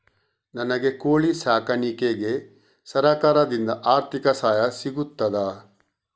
ನನಗೆ ಕೋಳಿ ಸಾಕಾಣಿಕೆಗೆ ಸರಕಾರದಿಂದ ಆರ್ಥಿಕ ಸಹಾಯ ಸಿಗುತ್ತದಾ?